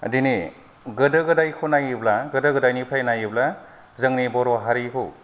दिनै गोदो गोदायखौ नायोब्ला गोदो गोदायनिफ्राय नायोब्ला जोंनि बर' हारिखौ